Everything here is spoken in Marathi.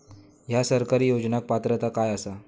हया सरकारी योजनाक पात्रता काय आसा?